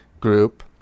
group